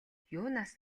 юунаас